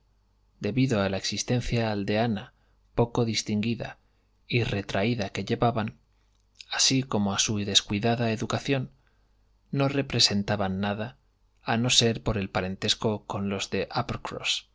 debido a la existencia aldeana poco distinguida y retraída que llevaban así como a su descuidada educación no representaban nada a no ser por el parentesco con los de